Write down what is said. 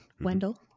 Wendell